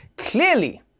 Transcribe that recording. Clearly